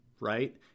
right